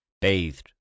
bathed